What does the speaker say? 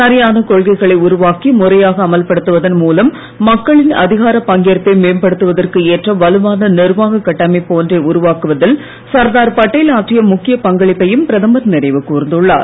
சரியான கொள்கைகளை உருவாக்கி முறையாக அமல்படுத்துவதன் மூலம் மக்களின் அதிகாரப் பங்கேற்பை மேம்படுத்துவதற்கு ஏற்ற வலுவான நிர்வாகக் கட்டமைப்பு ஒன்றை உருவாக்குவதில் சர்தார் பட்டேல் ஆற்றிய ழுக்கியப் பங்களிப்பையும் பிரதமர் நினைவு கூர்ந்துள்ளார்